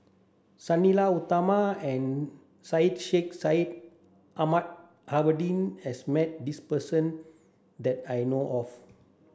Sang Nila Utama and Syed Sheikh Syed Ahmad Al has met this person that I know of